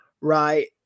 right